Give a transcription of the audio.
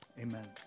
Amen